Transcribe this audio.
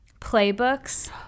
playbooks